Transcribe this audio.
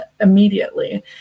immediately